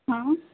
हां